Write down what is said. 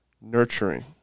nurturing